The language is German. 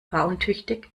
fahruntüchtig